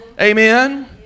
Amen